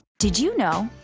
did you know.